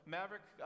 Maverick